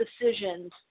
decisions